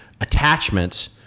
attachments